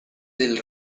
del